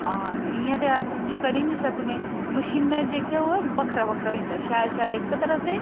हां इ'यां ते अस उसी करी नी सकने मशीनै जेह्का ओह् बक्खरा बक्खरा होई दा शैल शैल इक तरफ ते